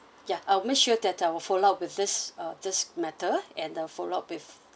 ya I'll make sure that I'll follow up with this uh this matter and the follow up with